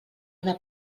una